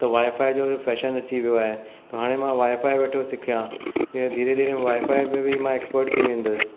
त वाएफाए जो फैशन अची वियो आहे त हाणे मां वाएफाए वेठो सिखिया इहो धीरे धीरे वाएफाए में बि मां एक्सपट थी वेंदुसि